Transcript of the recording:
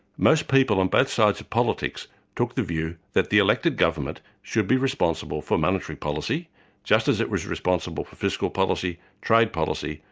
most people on both sides of politics took the view that the elected government should be responsible for monetary policy just as it was responsible for fiscal policy, trade policy,